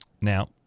Now